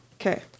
Okay